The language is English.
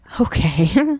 Okay